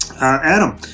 Adam